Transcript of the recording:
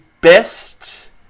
best